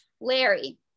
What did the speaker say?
larry